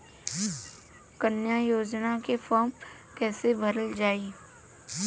कन्या योजना के फारम् कैसे भरल जाई?